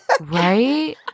right